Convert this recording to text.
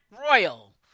royal